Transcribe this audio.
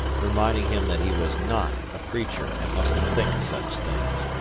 reminding him that he was not a preacher and mustn't think of such things.